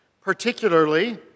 particularly